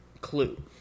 clue